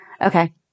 Okay